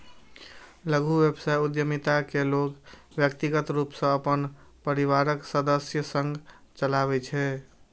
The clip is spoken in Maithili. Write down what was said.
लघु व्यवसाय उद्यमिता कें लोग व्यक्तिगत रूप सं अपन परिवारक सदस्य संग चलबै छै